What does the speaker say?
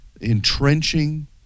entrenching